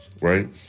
right